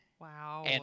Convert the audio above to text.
Wow